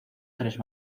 tres